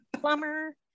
Plumber